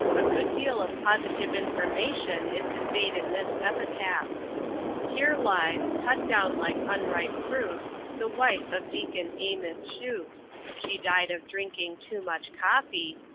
a good deal of positive information is conveyed in this epitaph here lies, cut down like unripe fruit the wife of deacon amos shute she died of drinking too much coffee,